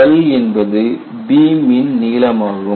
L என்பது பீமின் நீளமாகும்